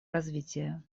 развития